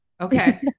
Okay